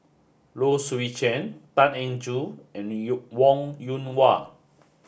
low Swee Chen Tan Eng Joo and Yo Wong Yoon Wah